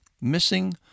missing